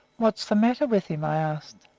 what's the matter with him? i asked.